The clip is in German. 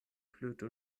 flöte